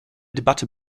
debatte